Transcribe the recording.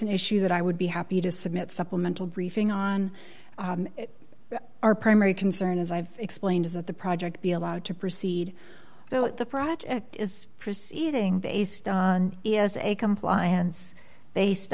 an issue that i would be happy to submit supplemental briefing on our primary concern as i've explained is that the project be allowed to proceed so that the project is proceeding based on it as a compliance based